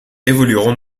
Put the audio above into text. évolueront